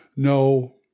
No